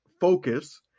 focus